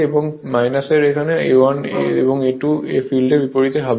এবং 1 এর জন্য A1 এবং A2 ফিল্ডে বিপরীত হবে